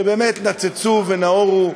שבאמת נצצו ואורו.